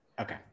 Okay